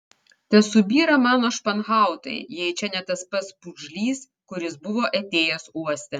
tesubyra mano španhautai jei čia ne tas pats pūgžlys kuris buvo atėjęs uoste